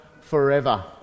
forever